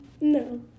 No